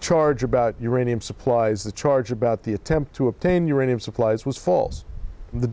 charge about uranium supplies the charge about the attempt to obtain uranium supplies was false the